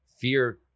fear